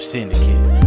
Syndicate